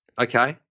Okay